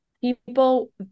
people